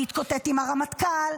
להתקוטט עם הרמטכ"ל,